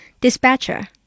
Dispatcher